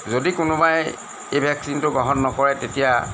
যদি কোনোবাই এই ভেকচিনটো গ্ৰহণ নকৰে তেতিয়া